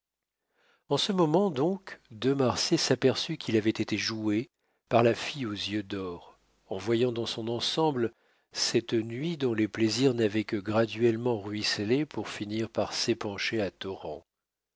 en ce moment donc de marsay s'aperçut qu'il avait été joué par la fille aux yeux d'or en voyant dans son ensemble cette nuit dont les plaisirs n'avaient que graduellement ruisselé pour finir par s'épancher à torrents